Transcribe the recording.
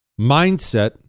mindset